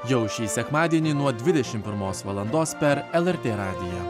jau šį sekmadienį nuo dvidešimt pirmos valandos per lrt radiją